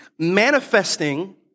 manifesting